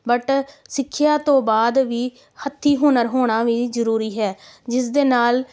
but ਸਿੱਖਿਆ ਤੋਂ ਬਾਅਦ ਵੀ ਹੱਥੀਂ ਹੁਨਰ ਹੋਣਾ ਵੀ ਜ਼ਰੂਰੀ ਹੈ ਜਿਸ ਦੇ ਨਾਲ